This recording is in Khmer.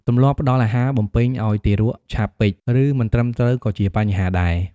ទម្លាប់ផ្តល់អាហារបំពេញឱ្យទារកឆាប់ពេក ឬមិនត្រឹមត្រូវក៏ជាបញ្ហាដែរ។